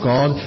God